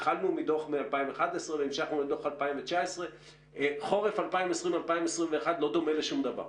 התחלנו מדוח מ-2011 והמשכנו לדוח 2019. חורף 2021-2020 לא דומה לשום דבר.